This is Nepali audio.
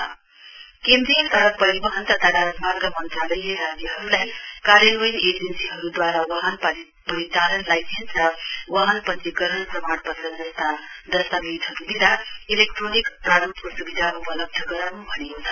डराईभिङ लाइसेन्स केन्द्रीय सड़क परिवहन तथा राजमार्ग मन्त्रालयले राज्यहरुलाई कार्यान्वयन एजेन्सीहरुद्वारा वाहन परिचालन लाइसेन्स र वाहन पञ्जीकरण प्रमाणपत्र जस्ता दस्तावेजहरु दिँदा इलेक्ट्रोनिक प्रारुपको स्विधा उपलब्ध गराउन् भनेको छ